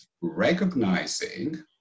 recognizing